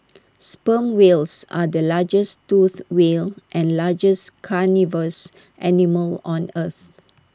sperm whales are the largest toothed whales and largest carnivorous animals on earth